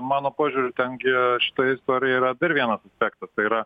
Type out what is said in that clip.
mano požiūriu ten gi šitoj istorijoj yra per vienas aspektas tai yra